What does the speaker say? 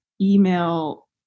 email